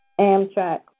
Amtrak